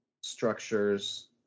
structures